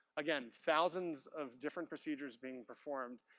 again, thousands of different procedures being performed.